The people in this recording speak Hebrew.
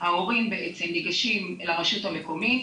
ההורים בעצם ניגשים לרשות המקומית,